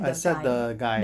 except the guy